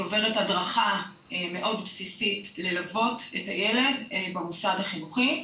היא עוברת הדרכה מאוד בסיסית ללוות את הילד במוסד החינוכי.